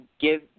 give